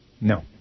No